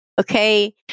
okay